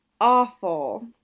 awful